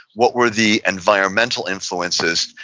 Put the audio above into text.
what were the environmental influences,